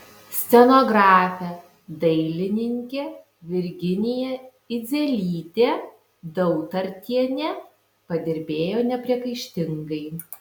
scenografė dailininkė virginija idzelytė dautartienė padirbėjo nepriekaištingai